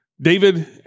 David